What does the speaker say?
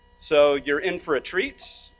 so you're in for a treat,